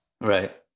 Right